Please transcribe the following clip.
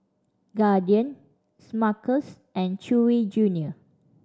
Guardian Smuckers and Chewy Junior